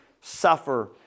suffer